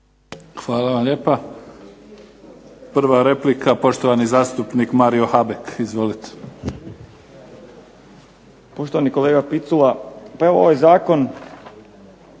Hvala vam lijepa. Prva replika poštovani zastupnik Mario Hebek. Izvolite. **Habek, Mario (SDP)** Poštovani kolega Picula, pa evo ovaj zakon